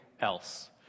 else